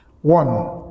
One